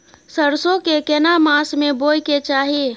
सरसो के केना मास में बोय के चाही?